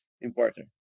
importer